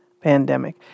pandemic